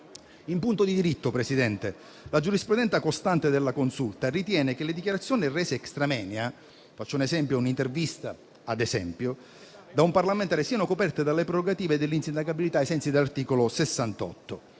In punto di diritto, Presidente, la giurisprudenza costante della Consulta ritiene che le dichiarazioni rese *extra moenia* - ad esempio un'intervista - da un parlamentare siano coperte dalle prerogative dell'insindacabilità, ai sensi dell'articolo 68,